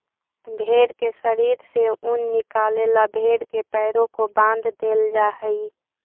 भेंड़ के शरीर से ऊन निकाले ला भेड़ के पैरों को बाँध देईल जा हई